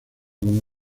como